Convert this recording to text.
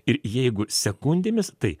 ir jeigu sekundėmis tai